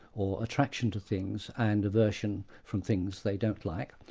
or attraction to things, and aversion from things they don't like,